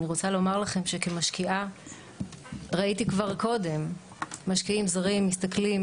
אני רוצה לומר לכם שכמשקיעה ראיתי כבר קודם משקיעים זרים מסתכלים